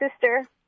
sister